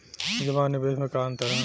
जमा आ निवेश में का अंतर ह?